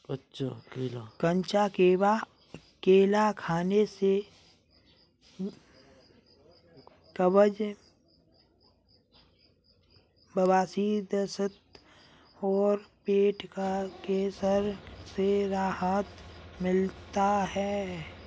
कच्चा केला खाने से कब्ज, बवासीर, दस्त और पेट का कैंसर से राहत मिलता है